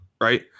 right